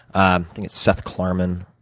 i think it's seth klarman,